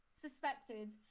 suspected